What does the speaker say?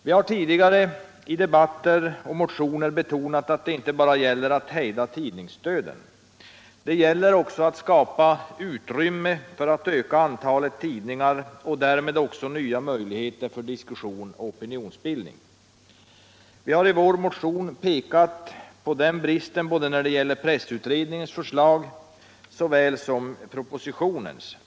Vi har i tidigare debatter och motioner betonat att det inte bara gäller att hejda tidningsdöden. Det gäller också att skapa utrymme för att öka antalet tidningar och därmed också nya möjligheter för diskussion och opinionsbildning. I vår motion har vi pekat på den bristen när det såväl gäller pressutredningens förslag som propositionens.